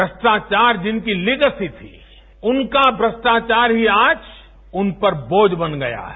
भ्रष्टाचार जिनकी लिगेसी थी उनका भ्रष्टाचार ही आज उनपर बोझ बन गया है